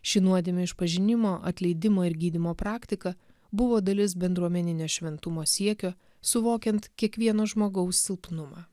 šį nuodėmių išpažinimo atleidimo ir gydymo praktika buvo dalis bendruomeninio šventumo siekio suvokiant kiekvieno žmogaus silpnumą